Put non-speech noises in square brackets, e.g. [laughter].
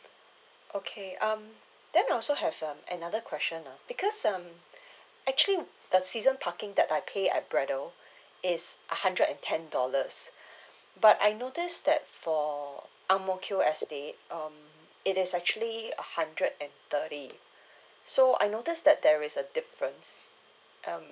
[noise] okay um then I also have um another question ah because um actually the season parking that I paid at braddell is a hundred and ten dollars but I noticed that for ang mo kio I stayed um it is actually a hundred and thirty so I noticed that there is a difference um